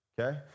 Okay